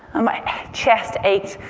um my chest ached.